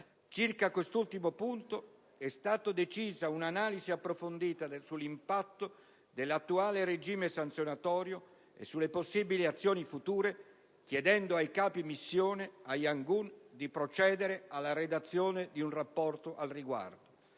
Circa quest'ultimo punto, è stata decisa un'analisi approfondita sull'impatto dell'attuale regime sanzionatorio e sulle possibili azioni future, chiedendo ai capi missione a Yangoon di procedere alla redazione di un rapporto al riguardo